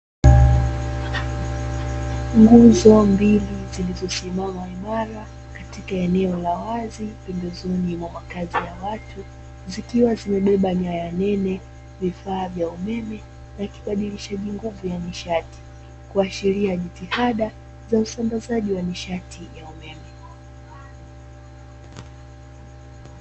Nguzo mbili zilizosimama imara katika eneo la wazi pembezoni mwa makazi ya watu, zikiwa zimebeba nyaya nene, vifaa vya umeme vya kibadilishaji vguvu ya nishati, kuashiria jitihada za usambazaji wa nishati ya umeme.